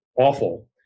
awful